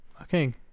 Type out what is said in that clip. Okay